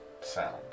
sound